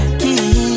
key